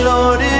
Lord